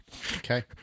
Okay